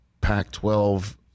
Pac-12